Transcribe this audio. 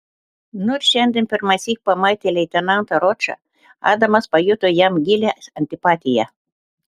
nors šiandien pirmąsyk pamatė leitenantą ročą adamas pajuto jam gilią antipatiją